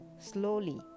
Slowly